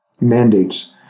mandates